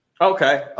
Okay